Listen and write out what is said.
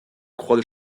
croix